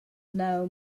know